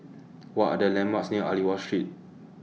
What Are The landmarks near Aliwal Street